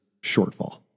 shortfall